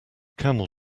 camel